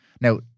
Now